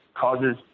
Causes